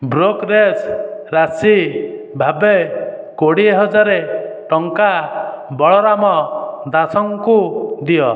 brokerage ରାଶି ଭାବେ କୋଡ଼ିଏ ହଜାର ଟଙ୍କା ବଳରାମ ଦାସଙ୍କୁ ଦିଅ